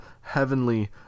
heavenly